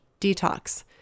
detox